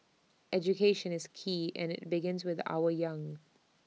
education is key and IT begins with our young